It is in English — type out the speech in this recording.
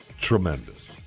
tremendous